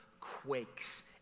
quakes